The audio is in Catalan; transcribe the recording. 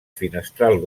finestral